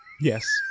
Yes